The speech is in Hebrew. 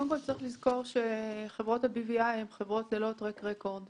צריך לזכור שחברות ה-BVI הן חברות ללא track record,